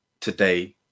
today